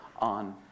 on